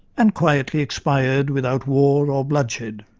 and quietly expired, without war or bloodshed.